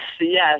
yes